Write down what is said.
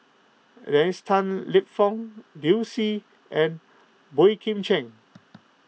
Dennis Tan Lip Fong Liu Si and Boey Kim Cheng